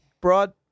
Broad